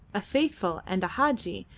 a faithful and a hadji,